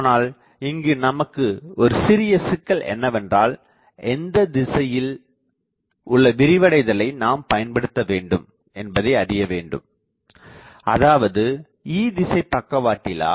ஆனால் இங்கு நமக்கு ஒரு சிறிய சிக்கல் என்னவென்றால் எந்தத் திசையில் உள்ள விரிவடைதலை நாம் பயன்படுத்த வேண்டும் என்பதை அறிய வேண்டும் அதாவது E திசைபக்கவாட்டிலா